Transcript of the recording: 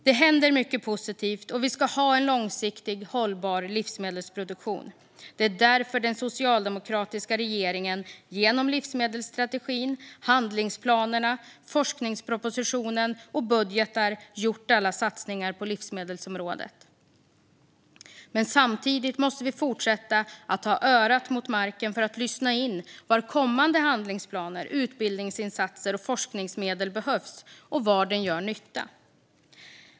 Det händer mycket positivt, och vi ska ha en långsiktigt hållbar livsmedelsproduktion. Det är därför den socialdemokratiska regeringen genom livsmedelsstrategin, handlingsplanerna, forskningspropositionen och budgetar gjort alla satsningar på livsmedelsområdet. Samtidigt måste vi fortsätta att ha örat mot marken för att lyssna in var kommande handlingsplaner, utbildningsinsatser och forskningsmedel behövs och gör nytta.